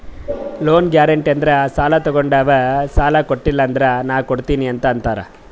loan guarantee ಅಂದುರ್ ಸಾಲಾ ತೊಗೊಂಡಾವ್ ಸಾಲಾ ಕೊಟಿಲ್ಲ ಅಂದುರ್ ನಾ ಕೊಡ್ತೀನಿ ಅಂತ್ ಅಂತಾರ್